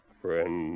friend